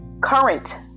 current